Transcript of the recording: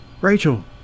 Rachel